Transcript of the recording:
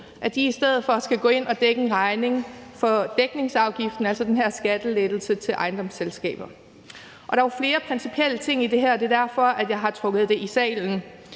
– i stedet for skal gå ind og dække en regning for et loft over dækningsafgiften, altså den her skattelettelse til ejendomsselskaber. Der er flere principielle ting i det her, og det er derfor, jeg har trukket det i